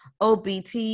OBT